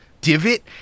divot